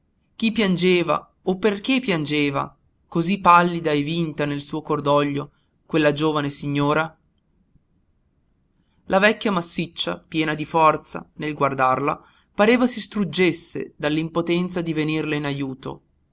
chi piangeva o perché piangeva cosí pallida e vinta nel suo cordoglio quella giovane signora la vecchia massiccia piena di forza nel guardarla pareva si struggesse dall'impotenza di venirle in ajuto